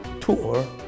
tour